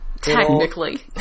Technically